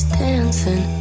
dancing